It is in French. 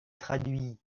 traduit